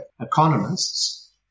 economists